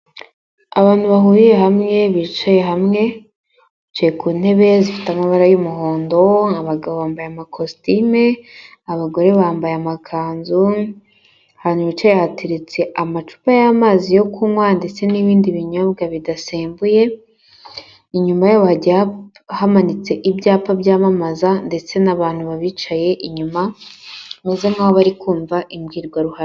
Abantu bahuriye hamwe bicaye hamwe, bicaye ku ntebe zifite amabara y'umuhondo abagabo bambaye amakositimu, abagore bambaye amakanzu ahantu bicaye hateretsea amacupa y'amazi yo kunywa ndetse n'ibindi binyobwa bidasembuye, inyuma hamanitse ibyapa byamamaza ndetse n'abantu ba bicaye inyuma bameze nkaho bari kumva imbwirwaruhame.